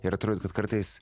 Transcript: ir atrodė kad kartais